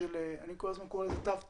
אני כל הזמן קורא לזה תו תקן.